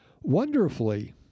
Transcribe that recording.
wonderfully